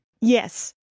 Yes